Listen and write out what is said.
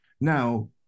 Now